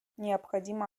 необходимо